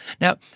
Now